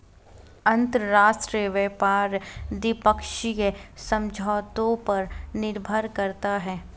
अंतरराष्ट्रीय व्यापार द्विपक्षीय समझौतों पर निर्भर करता है